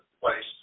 place